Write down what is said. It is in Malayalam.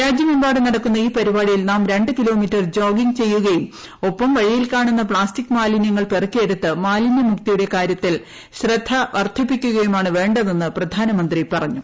രാജ്യമെമ്പാടും നടക്കുന്ന ഈ പരിപാടിയിൽ നാം രണ്ടു കിലോമീറ്റർ ജോഗിംഗ് ചെയ്യുകയും ഒപ്പംവഴിയിൽ കാണുന്ന പ്ലാസ്റ്റിക് മാലിനൃങ്ങൾ പെറുക്കിയെടുത്ത് മാലിന്യമുക്തിയുടെ കാരൃത്തിൽ ശ്രദ്ധ വർദ്ധിപ്പിക്കുകയുമാണ് വേണ്ടതെന്ന് പ്രധാനമന്ത്രി പറഞ്ഞു